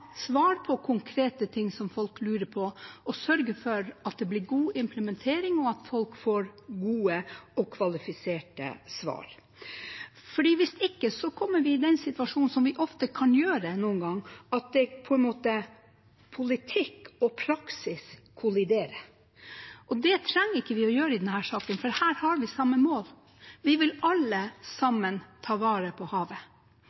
svar på konkrete ting som folk lurer på, og sørge for at det blir god implementering, og at folk får gode og kvalifiserte svar. Hvis ikke kommer vi i den situasjonen som vi ofte kan gjøre noen ganger, at politikk og praksis kolliderer. Det trenger det ikke gjøre i denne saken, for her har vi samme mål. Vi vil alle sammen ta vare på havet.